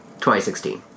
2016